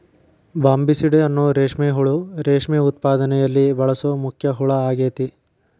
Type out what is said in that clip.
Bombycidae ಅನ್ನೋ ರೇಷ್ಮೆ ಹುಳು ರೇಷ್ಮೆ ಉತ್ಪಾದನೆಯಲ್ಲಿ ಬಳಸೋ ಮುಖ್ಯ ಹುಳ ಆಗೇತಿ